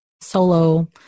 solo